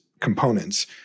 components